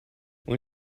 when